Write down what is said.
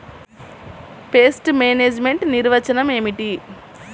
Pest management నిర్వచనం ఏమిటి?